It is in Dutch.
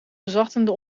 verzachtende